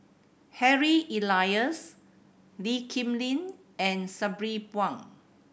Harry Elias Lee Kip Lin and Sabri Buang